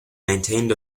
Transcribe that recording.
maintained